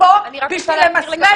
אתם פה בשביל למסמס -- אני רק רוצה להבהיר